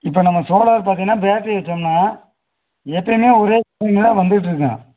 இப்போ நம்ம சோலார் பார்த்திங்கன்னா பேட்ரி வச்சோம்ன்னால் எப்பவுமே ஒரே டைமில் வந்துகிட்டு இருக்கும்